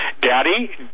Daddy